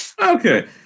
Okay